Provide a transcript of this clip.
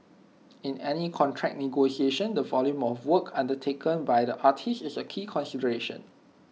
in any contract negotiation the volume of work undertaken by the artiste is A key consideration